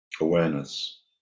awareness